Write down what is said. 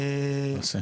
נעשה.